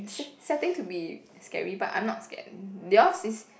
set setting to be scary but I'm not scared yours is